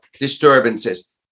disturbances